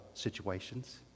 situations